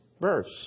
verse